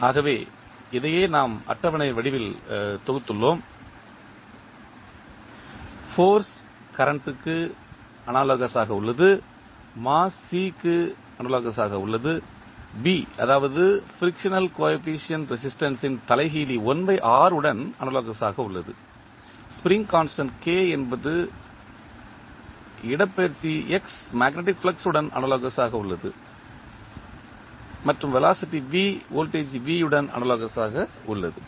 ஆகவே இதையே நாம் அட்டவணை வடிவத்தில் தொகுத்துள்ளோம் ஃபோர்ஸ் கரண்ட் க்கு அனாலோகஸ் ஆக உள்ளது மாஸ் C க்கு அனாலோகஸ் ஆக உள்ளது B அதாவது ஃபிரிக்சனல் கோஎபிசியன்ட் ரேசிஸ்டன்ஸ் இன் தலைகீழி 1R உடன் அனாலோகஸ் ஆக உள்ளது ஸ்ப்ரிங் கான்ஸ்டன்ட் K என்பது இடப்பெயர்ச்சி x மேக்னெட்டிக் ஃபிளக்ஸ் உடன் அனாலோகஸ் ஆக உள்ளது மற்றும் வெலாசிட்டி வோல்டேஜ் V உடன் அனாலோகஸ் ஆக உள்ளது